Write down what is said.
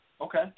Okay